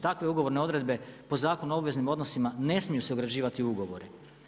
Takve ugovorne odredbe po Zakonu o obveznim odnosima ne smiju se ugrađivati u ugovore.